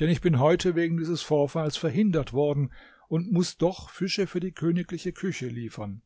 denn ich bin heute wegen dieses vorfalls verhindert worden und muß doch fische für die königliche küche liefern